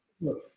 look